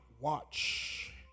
watch